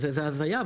זה הזיה.